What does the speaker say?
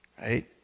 right